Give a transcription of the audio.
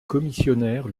commissionnaire